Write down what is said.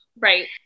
right